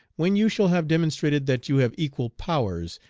when you shall have demonstrated that you have equal powers,